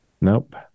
Nope